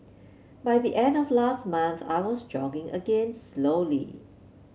by the end of last month I was jogging again slowly